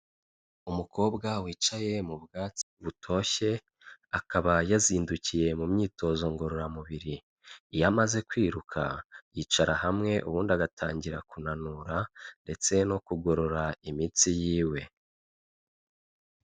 Umukobwa wicaye mu bwatsi butoshye akaba yazindukiye mu myitozo ngororamubiri, iyo amaze kwiruka yicara hamwe ubundi agatangira kunanura ndetse no kugorora imitsi ye.